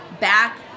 back